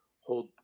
hold